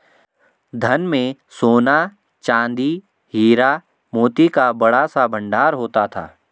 धन में सोना, चांदी, हीरा, मोती का बड़ा सा भंडार होता था